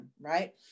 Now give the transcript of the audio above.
right